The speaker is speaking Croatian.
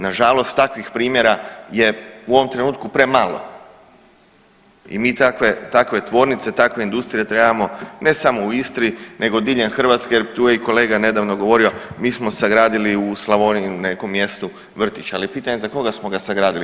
Nažalost takvih primjera je u ovom trenutku premalo i mi takve tvornice, takve industrije trebamo ne samo u Istri nego diljem Hrvatske jer tu je i kolega nedavno govorio mi smo sagradili u Slavoniji u nekom mjestu vrtić, ali pitanje je za koga smo ga sagradili.